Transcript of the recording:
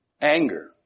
Anger